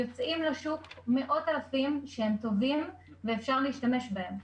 יוצאים לשוק מאוד אלפים שהם טובים ואפשר להשתמש בהם.